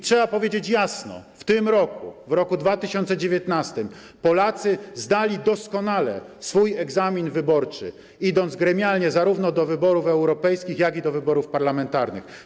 Trzeba powiedzieć jasno, że w tym roku, w roku 2019, Polacy zdali doskonale swój egzamin wyborczy, idąc gremialnie zarówno do wyborów europejskich, jak i do wyborów parlamentarnych.